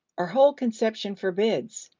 our whole conception forbids.